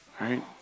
Right